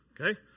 okay